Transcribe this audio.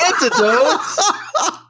Antidotes